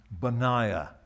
Benaiah